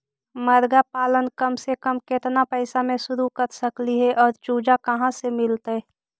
मरगा पालन कम से कम केतना पैसा में शुरू कर सकली हे और चुजा कहा से मिलतै?